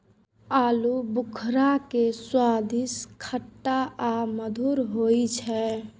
आलू बुखारा के स्वाद खट्टा आ मधुर होइ छै